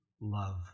love